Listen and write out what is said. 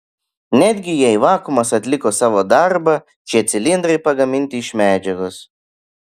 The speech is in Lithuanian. netgi jei vakuumas atliko savo darbą šie cilindrai pagaminti iš medžiagos